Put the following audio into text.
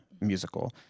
musical